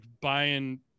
buying